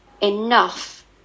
enough